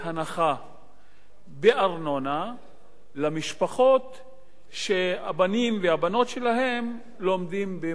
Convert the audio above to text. בארנונה למשפחות שהבנים והבנות שלהן לומדים במוסדות להשכלה גבוהה.